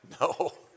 No